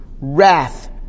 wrath